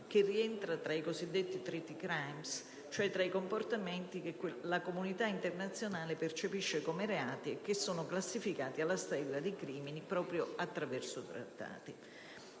che rientra tra i cosiddetti *Treaty crimes*, vale a dire tra i comportamenti che la comunità internazionale percepisce come reati, classificati alla stregua di crimini proprio attraverso trattati.